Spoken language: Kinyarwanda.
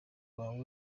rwawe